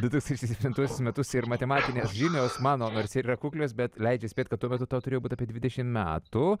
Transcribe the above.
du tūkstančiai septintus metus ir matematinės žinios mano nors ir yra kuklios bet leidžia spėt kad tuo metu tau turėjo būti apie dvidešimt metų